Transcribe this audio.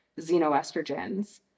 xenoestrogens